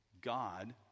God